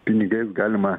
pinigais galima